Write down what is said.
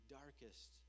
darkest